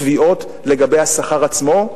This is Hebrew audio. יותר תביעות לגבי השכר עצמו,